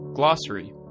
Glossary